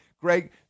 Greg